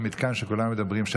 המתקן שכולם מדברים עליו,